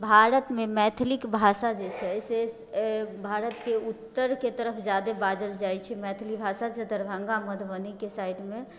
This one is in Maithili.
भारतमे मैथिलीके भाषा जे छै से भारतके उत्तरके तरफ ज्यादा बाजल जाइ छै मैथिली भाषा जे दरभङ्गा मधुबनीके साइडमे